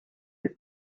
his